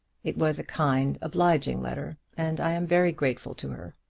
it was a kind, obliging letter, and i am very grateful to her.